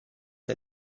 der